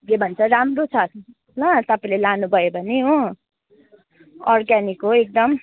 के भन्छ राम्रो छ ल तपाईँले लानुभयो भने हो अर्ग्यानिक हो एकदम